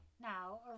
now